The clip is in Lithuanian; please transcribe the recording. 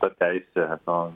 ta teisė nu